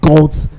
God's